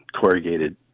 corrugated